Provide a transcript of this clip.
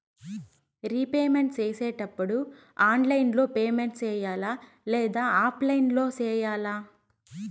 repayment సేసేటప్పుడు online లో payment సేయాలా లేదా ఆఫ్లైన్ లో సేయాలా